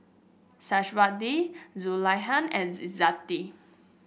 Syazwani Zulaikha and Izzati